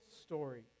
story